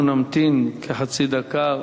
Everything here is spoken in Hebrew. אנחנו נמתין כחצי דקה.